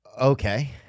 Okay